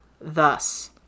thus